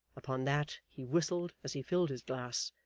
upon that he whistled as he filled his glass,